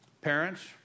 parents